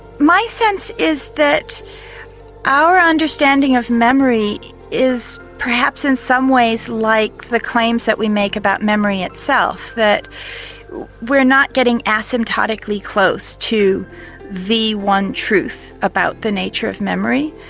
my sense is that our understanding of memory is perhaps in some ways like the claims that we make about memory itself that we're not getting asymptotically close to the one truth about the nature of memory.